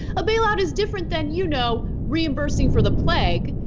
a bailout is different than you know reimbursing for the plague,